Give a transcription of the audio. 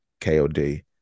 Kod